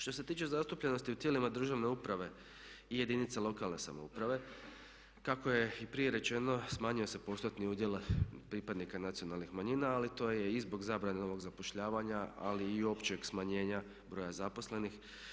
Što se tiče zastupljenosti u tijelima državne uprave i jedinica lokalne samouprave kako je i prije rečeno smanjio se postotni udjel pripadnika nacionalnih manjina ali to je i zbog zabrane novog zapošljavanja ali i općeg smanjenja broja zaposlenih.